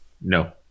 No